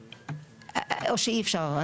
או שאי אפשר?